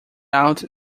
out